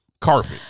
carpet